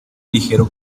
ligero